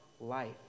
life